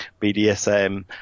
bdsm